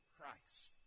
Christ